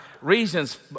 reasons